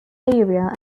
area